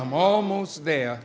i'm almost there